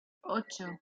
ocho